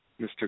Mr